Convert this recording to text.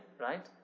right